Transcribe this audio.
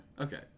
Okay